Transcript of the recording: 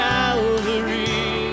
Calvary